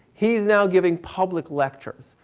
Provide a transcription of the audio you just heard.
he's now giving public lectures.